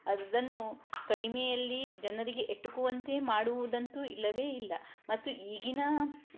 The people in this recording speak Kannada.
ಅದನ್ನು ಕಡಿಮೆಯಲ್ಲಿ ಜನರಿಗೆ ಎಟುಕುವಂತೆ ಮಾಡುವುದಂತೂ ಇಲ್ಲವೇ ಇಲ್ಲ ಮತ್ತು ಈಗಿನ